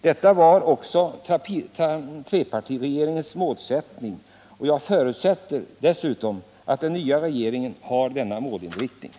Detta var också trepartiregeringens målsättning, och jag förusätter att denna omfattas också av den nya regeringen.